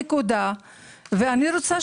יכול להיות